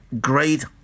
great